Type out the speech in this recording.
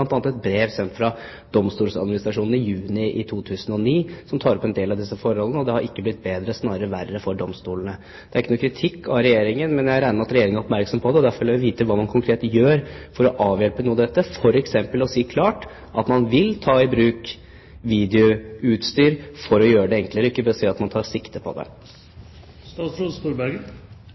et brev sendt fra Domstoladministrasjonen i juni i 2009, som tar opp en del av disse forholdene, og det har ikke blitt bedre, snarere verre for domstolene. Det er ikke noen kritikk av Regjeringen, men jeg regner med at Regjeringen er oppmerksom på det, og derfor vil jeg vite hva man konkret gjør for å avhjelpe noe av dette – f.eks. ved å si klart at man vil ta i bruk videoutstyr for å gjøre det enklere, og ikke bare si at man tar sikte på